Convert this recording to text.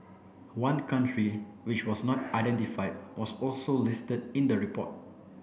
one country which was not identified was also listed in the report